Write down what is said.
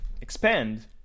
expand